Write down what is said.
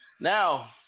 Now